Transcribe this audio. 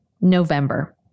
November